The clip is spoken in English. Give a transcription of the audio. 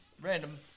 Random